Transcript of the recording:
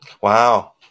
Wow